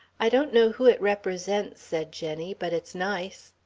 i don't know who it represents, said jenny, but it's nice.